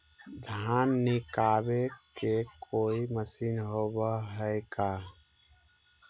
धान निकालबे के कोई मशीन होब है का?